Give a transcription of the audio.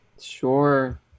Sure